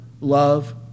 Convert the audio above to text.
love